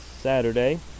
Saturday